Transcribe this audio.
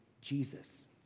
Jesus